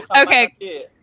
Okay